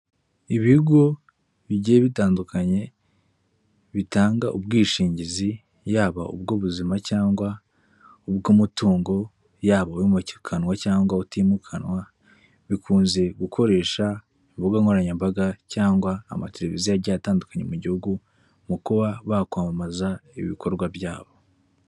Ibigo bigiye bitandukanye, bitanga ubwishingizi, yaba ubw'ubuzima cyangwa ubw'umutungo, yaba uwimukanwa cyangwa utimukanwa, bikunze gukoresha imbuga nkoranyambaga, cyangwa amateviziyo agiye atandukanye mu gihugu, mu kuba bakwamamaza ibikorwa byabo.